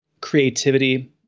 creativity